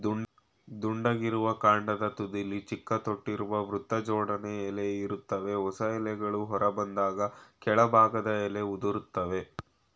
ದುಂಡಗಿರುವ ಕಾಂಡದ ತುದಿಲಿ ಚಿಕ್ಕ ತೊಟ್ಟಿರುವ ವೃತ್ತಜೋಡಣೆ ಎಲೆ ಇರ್ತವೆ ಹೊಸ ಎಲೆಗಳು ಹೊರಬಂದಾಗ ಕೆಳಭಾಗದ ಎಲೆ ಉದುರ್ತವೆ